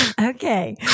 Okay